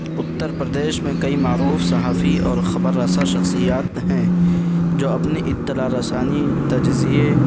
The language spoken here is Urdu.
اتّر پردیش میں کئی معروف صحافی اور خبر رسا شخصیات ہیں جو اپنے اطلاع رسانی تجزیے